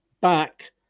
back